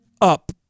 up